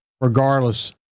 regardless